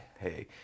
hey